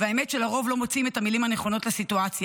והאמת היא שלרוב לא מוצאים את המילים הנכונות לסיטואציה.